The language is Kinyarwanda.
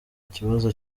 kibazo